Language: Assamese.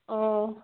অঁ